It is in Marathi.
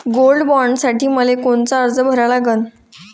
गोल्ड बॉण्डसाठी मले कोनचा अर्ज भरा लागन?